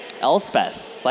Elspeth